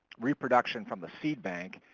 reproduction from the seed bank.